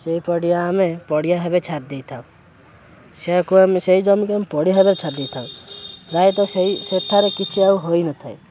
ସେଇ ପଡ଼ିଆ ଆମେ ପଡ଼ିଆ ଭାବେ ଛାଡ଼ି ଦେଇଥାଉ ସେଇଆକୁ ଆମେ ସେଇ ଜମିକୁ ଆମେ ପଡ଼ିଆ ଭାବରେ ଛାଡ଼ି ଦେଇଥାଉ ପ୍ରାୟତଃ ସେଇ ସେଠାରେ କିଛି ଆଉ ହୋଇନଥାଏ